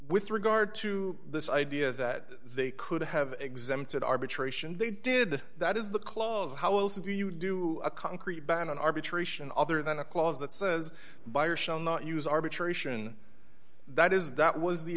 with regard to this idea that they could have exempted arbitration they did the that is the clause how else do you do a concrete ban on arbitration other than a clause that says buyer shall not use arbitration that is that was the